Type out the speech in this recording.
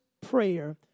prayer